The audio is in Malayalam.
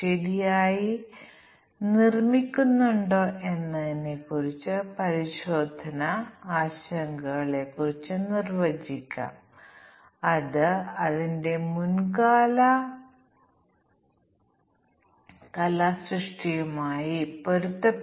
അതിനാൽ 10 ഇൻപുട്ട് നമുക്ക് ചില കോമ്പിനേഷനുകൾ മാത്രം പരിശോധിക്കാനാകുമെങ്കിലും സ്വതന്ത്രമായി നമുക്ക് അവയെ ലാളിത്യത്തിനായി പരിശോധിക്കാനാകുമെന്ന് അനുമാനിക്കാം